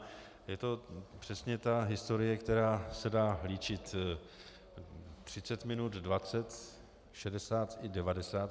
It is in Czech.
A je to přesně ta historie, která se dá líčit 30 minut, 20, 60 i 90.